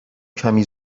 کمی